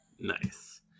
nice